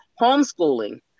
homeschooling